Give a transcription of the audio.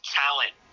talent